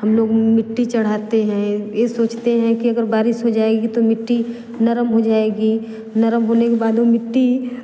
हम लोग मिट्टी चढ़ाते हैं ये सोचते हैं कि अगर बारिश हो जाएगी तो मिट्टी नरम हो जाएगी नरम होने के बाद में मिट्टी